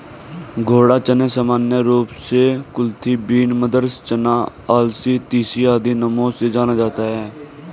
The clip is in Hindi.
घोड़ा चना सामान्य रूप से कुलथी बीन, मद्रास चना, अलसी, तीसी आदि नामों से जाना जाता है